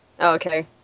okay